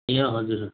ए हजुर हजुर